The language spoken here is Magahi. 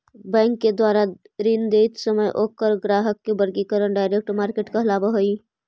बैंक के द्वारा ऋण देइत समय ओकर ग्राहक के वर्गीकरण टारगेट मार्केट कहलावऽ हइ